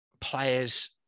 players